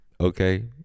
okay